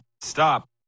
Stop